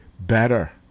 better